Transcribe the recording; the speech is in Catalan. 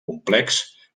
complex